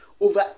over